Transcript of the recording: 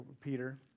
Peter